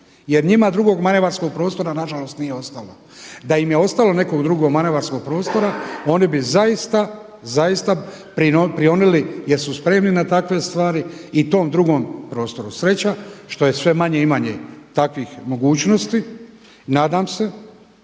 jer njima drugog manevarskog prostora nažalost nije ostalo. Da im je ostalo nekog drugog manevarskog prostora oni bi zaista prionili jer su spremni na takve stvari i tom drugom prostoru. Sreća što je sve manje i manje takvih mogućnosti, nadam se